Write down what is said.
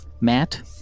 Matt